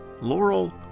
Laurel